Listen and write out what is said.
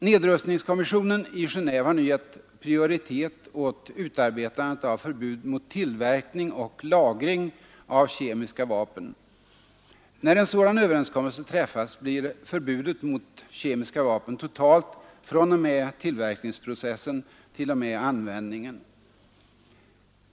Nedrustningskommissionen i Genéve har nu gett prioritet åt utarbetandet av förbud mot tillverkning och lagring av kemiska vapen. När en sådan överenskommelse träffas blir förbudet mot kemiska vapen totalt fr.o.m. tillverkningsprocessen t.o.m. användningen.